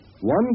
one